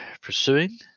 pursuing